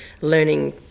learning